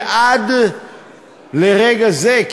שעד לרגע זה,